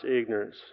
ignorance